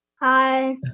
hi